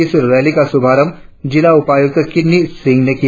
इस रैली का शुभारंभ जिला उपायुक्त किन्नी सिंह ने किया